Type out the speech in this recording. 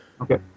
Okay